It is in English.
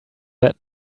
that